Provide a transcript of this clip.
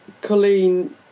Colleen